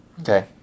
Okay